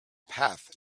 path